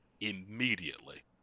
immediately